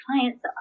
clients